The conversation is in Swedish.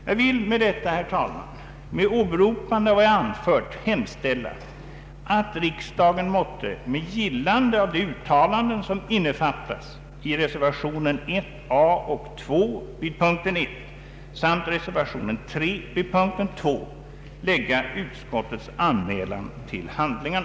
Jag vill, herr talman, med åberopande av vad jag anfört hemställa att riksdagen måtte med gillande av de uttalanden som innefattas i reservationerna 1a och 2 vid punkten 1 lägga utskottets omförmälan till handlingarna.